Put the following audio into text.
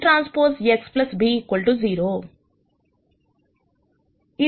కాబట్టి ఇది nTX b 0